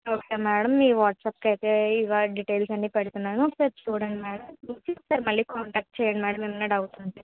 okay madam మీ వాట్సప్కి అయితే ఇవాల్టి డిటైయిల్స్ అన్నీ పెడుతున్నాను ఒకసారి చూడండి మేడం చూసి మళ్ళీ ఒకసారి కాంటాక్ట్ చేయండి మేడం ఏమన్నా డౌట్స్ ఉంటే